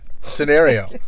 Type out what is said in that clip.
scenario